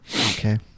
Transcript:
Okay